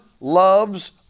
loves